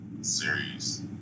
series